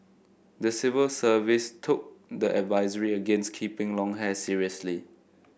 the civil service took the advisory against keeping long hair seriously